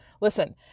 listen